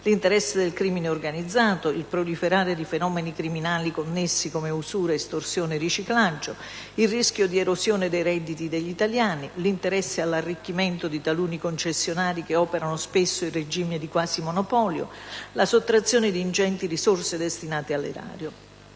l'interesse del crimine organizzato ed il proliferare di fenomeni criminali connessi come usura, estorsione, riciclaggio; il rischio di erosione dei redditi degli italiani; l'interesse all'arricchimento di taluni concessionari che operano, spesso, in regime di quasi monopolio; la sottrazione di ingenti risorse destinate all'erario.